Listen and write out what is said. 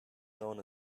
known